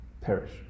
perish